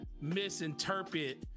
misinterpret